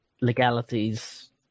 legalities